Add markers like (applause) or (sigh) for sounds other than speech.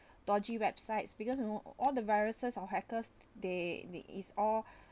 dodgy websites because you know all the viruses or hackers they they is all (breath)